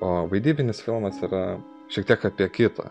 o vaidybinis filmas yra šiek tiek apie kitą